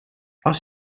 als